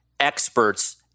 experts